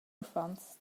uffants